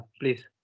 please